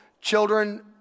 Children